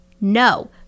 No